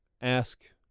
ask